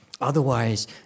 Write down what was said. Otherwise